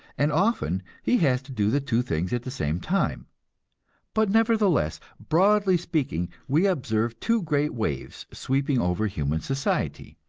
and often he has to do the two things at the same time but nevertheless, broadly speaking, we observe two great waves, sweeping over human society,